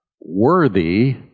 worthy